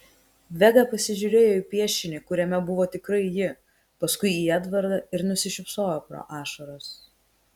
vega pasižiūrėjo į piešinį kuriame buvo tikrai ji paskui į edvardą ir nusišypsojo pro ašaras